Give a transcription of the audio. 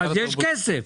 אז יש כסף.